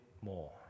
more